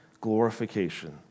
Glorification